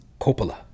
Coppola